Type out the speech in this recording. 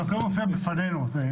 הנתונים מופיעים גם בפנינו.